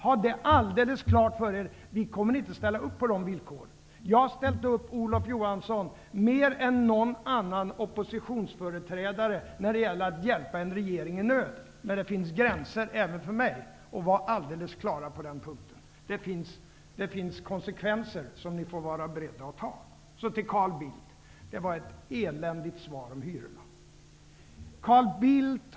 Ha det alldeles klart för er. Vi kommer inte att ställa upp på de villkoren Jag har, Olof Johansson, ställt upp mer än någon annan oppositionsföreträdare när det gällt att hjälpa en regering i nöd. Men det finns gränser även för mig. Var alldeles klara på den punkten. Det finns konsekvenser som ni får vara beredda att ta. Det var ett eländigt svar om hyrorna, Carl Bildt.